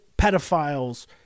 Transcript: pedophiles